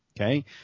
Okay